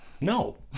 No